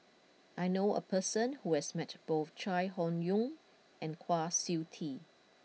I knew a person who has met both Chai Hon Yoong and Kwa Siew Tee